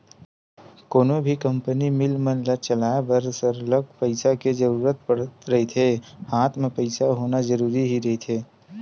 कोनो भी company, mill मन ल चलाय बर सरलग पइसा के जरुरत पड़त रहिथे हात म पइसा होना जरुरी ही रहिथे